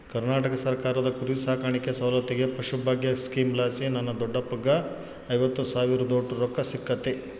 ಕರ್ನಾಟಕ ಸರ್ಕಾರದ ಕುರಿಸಾಕಾಣಿಕೆ ಸೌಲತ್ತಿಗೆ ಪಶುಭಾಗ್ಯ ಸ್ಕೀಮಲಾಸಿ ನನ್ನ ದೊಡ್ಡಪ್ಪಗ್ಗ ಐವತ್ತು ಸಾವಿರದೋಟು ರೊಕ್ಕ ಸಿಕ್ಕತೆ